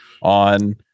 on